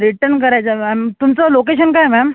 return करायचं आहे ma'am तुमचं लोकेशन काय आहे मॅम